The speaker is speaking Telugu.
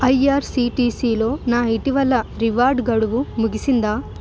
ఐఆర్సీటీసీలో నా ఇటీవలి రివార్డ్ గడువు ముగిసిందా